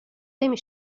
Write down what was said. نمی